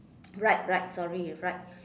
right right sorry right